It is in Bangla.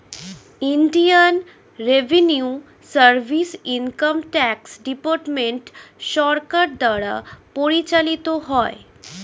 Indian revenue service income tax department সরকার দ্বারা পরিচালিত হয়